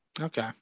Okay